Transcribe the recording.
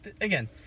again